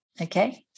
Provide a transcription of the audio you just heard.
okay